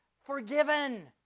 forgiven